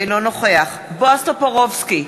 אינו נוכח בועז טופורובסקי,